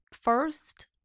first